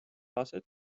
aset